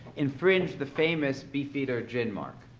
infringed the famous beefeater gin mark.